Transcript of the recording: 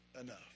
enough